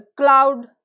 cloud